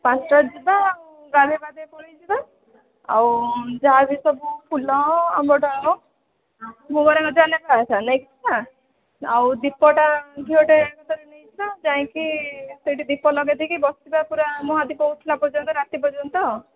ପାଞ୍ଚଟାରେ ଯିବା ଗାଧୋଇ ପାଧୋଇ ପଳାଇଯିବା ଆଉ ଯାହା ବି ସବୁ ଫୁଲ ଆମ୍ବଡାଳ ଆଉ ଦୀପଟା ଘିଅଟେ ନେଇଯିବା ଯାଇକି ସେଇଠି ଦୀପ ଲଗେଇଦେଇକି ବସିବା ପୂରା ମହାଦୀପ ଉଠିଲା ପର୍ଯ୍ୟନ୍ତ ରାତି ପର୍ଯ୍ୟନ୍ତ